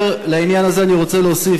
ולעניין הזה אני רוצה להוסיף,